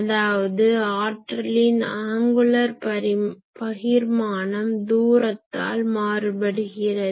அதாவது ஆற்றலின் ஆங்குலர் பகிர்மானம் தூரத்தால் மாறுபடுகிறது